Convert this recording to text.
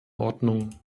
ordnung